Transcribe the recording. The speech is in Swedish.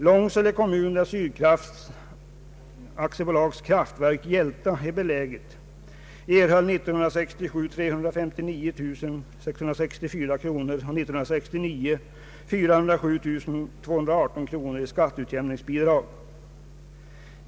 Långsele kommun, där Sydsvenska Kraft AB:s kraftverk Hjälta är beläget, erhöll 359 664 kronor år 1967 och 407 218 kronor år 1969 i skatteutjämningsbidrag.